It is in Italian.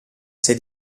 sei